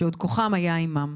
שעוד כוחם היה עימם.